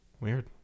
Weird